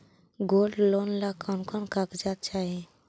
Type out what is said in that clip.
Gold loan ला कौन कौन कागजात चाही?